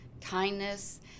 kindness